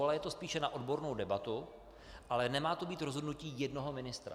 Ale je to spíše na odbornou debatu, nemá to být rozhodnutí jednoho ministra.